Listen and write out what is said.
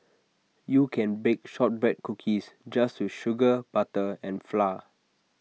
you can bake Shortbread Cookies just with sugar butter and flour